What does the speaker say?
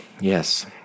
Yes